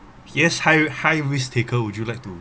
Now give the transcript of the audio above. yes high high risk taker would you like to